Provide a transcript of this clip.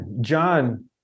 John